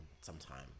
sometime